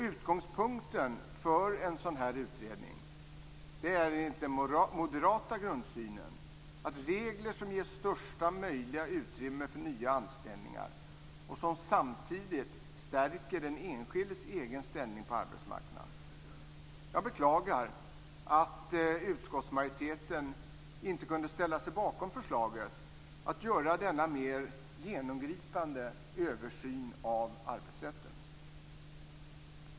Utgångspunkten för en sådan här utredning är enligt den moderata grundsynen regler som ger största möjliga utrymme för nya anställningar och som samtidigt stärker den enskildes egen ställning på arbetsmarknaden. Jag beklagar att utskottsmajoriteten inte kunde ställa sig bakom förslaget att göra denna mer genomgripande översyn av arbetsrätten.